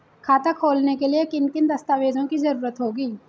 खाता खोलने के लिए किन किन दस्तावेजों की जरूरत होगी?